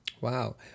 Wow